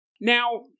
Now